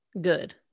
good